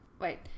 wait